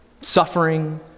Suffering